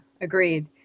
agreed